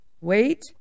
wait